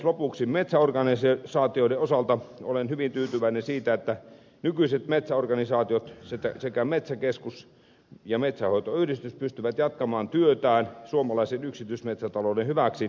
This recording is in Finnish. lopuksi metsäorganisaatioiden osalta olen hyvin tyytyväinen siitä että nykyiset metsäorganisaatiot metsäkeskus ja metsänhoitoyhdistys pystyvät jatkamaan työtään suomalaisen yksityismetsätalouden hyväksi